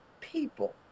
people